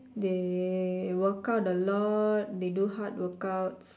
they workout a lot they do hard workouts